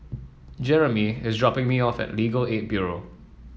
Jeremey is dropping me off at Legal Aid Bureau